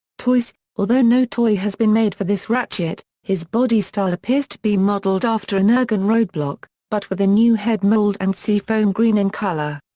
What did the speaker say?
toys although no toy has been made for this ratchet, his body style appears to be modeled after energon roadblock, but with a new head mold and sea foam green in color.